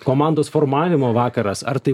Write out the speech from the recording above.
komandos formavimo vakaras ar tai